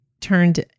turned